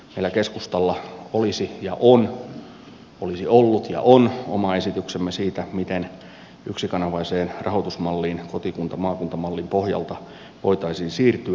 meillä keskustalla olisi ollut ja on oma esityksemme siitä miten yksikanavaiseen rahoitusmalliin kotikuntamaakunta mallin pohjalta voitaisiin siirtyä